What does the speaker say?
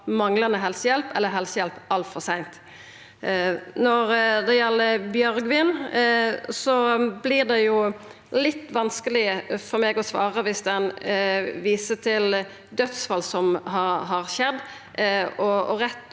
manglande helsehjelp eller helsehjelp altfor seint. Når det gjeld Bjørgvin, vert det litt vanskeleg for meg å svara viss ein viser til dødsfall som har skjedd,